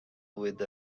with